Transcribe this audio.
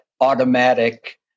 automatic